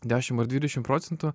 dešim ar dvidešim procentų